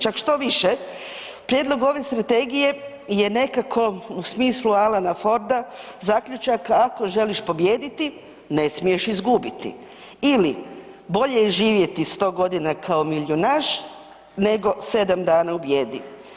Čak štoviše, prijedlog ove strategije je nekako u smislu Alana Forda zaključaka „ako želiš pobijediti ne smiješ izgubiti“ ili „bolje živjeti 100.g. kao milijunaš nego 7 dana u bijedi“